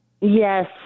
Yes